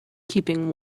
keeping